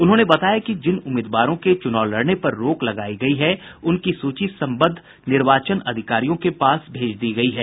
उन्होंने बताया कि जिन उम्मीदवारों के चुनाव लड़ने पर रोक लगाई गई है उनकी सूची संबद्ध निर्वाचन अधिकारियों के पास भेज दी गई है